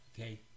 okay